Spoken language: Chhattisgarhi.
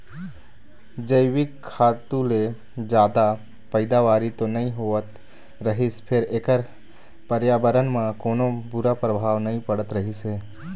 जइविक खातू ले जादा पइदावारी तो नइ होवत रहिस फेर एखर परयाबरन म कोनो बूरा परभाव नइ पड़त रहिस हे